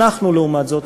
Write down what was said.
ואנחנו, לעומת זאת,